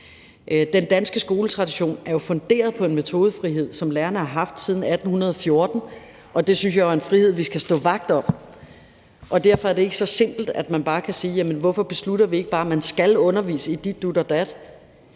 Den danske skoletradition er jo funderet på en metodefrihed, som lærerne har haft siden 1814, og det synes jeg jo er en frihed, vi skal stå vagt om. Og derfor er det ikke så simpelt, at man bare kan sige: Hvorfor beslutter vi ikke bare, at man skal undervise i dit, dut og dat?